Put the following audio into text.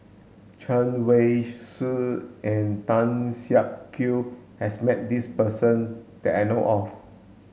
Chen Wen Hsi and Tan Siak Kew has met this person that I know of